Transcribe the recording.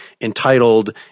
entitled